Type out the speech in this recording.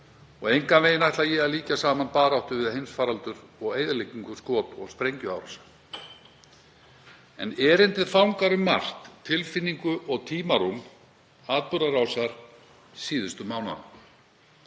Engan veginn ætla ég að líkja saman baráttu við heimsfaraldur og eyðileggingu skot- og sprengjuárása en erindið fangar um margt tilfinningu og tímarúm atburðarásar síðustu mánaða